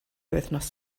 wythnos